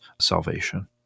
salvation